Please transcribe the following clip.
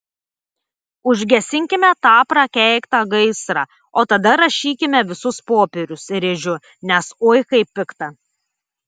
užgesinkime tą prakeiktą gaisrą o tada rašykime visus popierius rėžiu nes oi kaip pikta